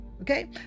Okay